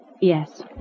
Yes